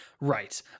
Right